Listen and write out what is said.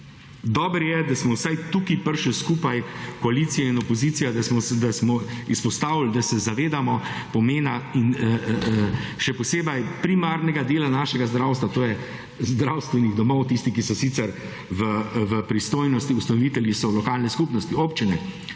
dobro je, da smo vsaj tukaj prišli skupaj koalicija in opozicija, da smo izpostavili, da se zavedamo pomena in še posebej primarnega dela našega zdravstva, to je zdravstvenih domov. Tisti, ki so sicer v pristojnosti, ustanovitelji so lokalne skupnosti, občine,